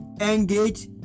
engage